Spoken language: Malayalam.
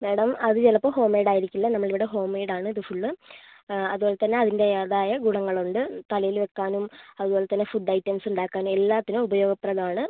മേഡം അതു ചിലപ്പം ഹോം മെയ്ഡ് ആയിരിക്കില്ല നമ്മളിവിടെ ഹോം മെയ്ഡ് ആണ് ഇത് ഫുൾ അതുപോലെത്തന്നെ അതിൻ്റെതായ ഗുണങ്ങളുമുണ്ട് തലയിൽ വയ്ക്കാനും അതുപോലത്തന്നെ ഫുഡ്ഡ് ഐറ്റംസ് ഉണ്ടാക്കാനും എല്ലാത്തിനും ഉപയോഗപ്രദം ആണ്